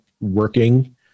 working